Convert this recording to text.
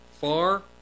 Far